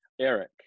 Eric